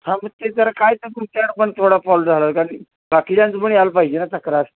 हां मग ते जरा काय तरी तुमच्याकडे पण थोडा फॉल झालं कारण बाकीच्यांचं पण यायला पाहिजे ना तक्रार